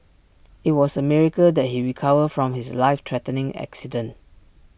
IT was A miracle that he recovered from his life threatening accident